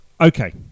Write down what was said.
okay